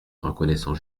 reconnaissant